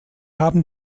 haben